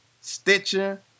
Stitcher